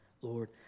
Lord